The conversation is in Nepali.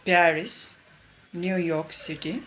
Paris New York city